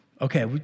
Okay